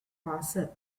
parser